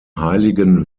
heiligen